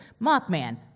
Mothman